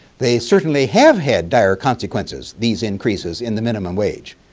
they certainly have had dire consequences, these increases in the minimum wage.